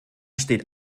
steht